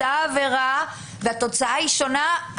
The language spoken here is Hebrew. אותה עבירה והתוצאה היא שונה,